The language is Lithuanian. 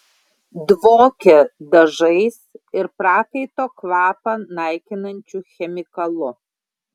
dvokė dažais ir prakaito kvapą naikinančiu chemikalu